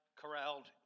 corralled